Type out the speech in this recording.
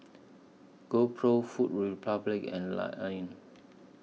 GoPro Food Republic and Lion Lion